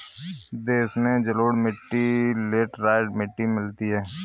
देश में जलोढ़ मिट्टी लेटराइट मिट्टी मिलती है